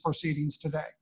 proceedings today